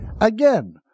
again